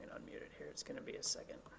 unmute it here. it's gonna be a second.